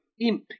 imp